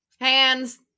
Hands